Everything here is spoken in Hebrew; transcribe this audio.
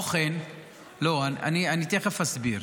לא, אני תכף אסביר.